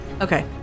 Okay